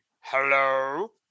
hello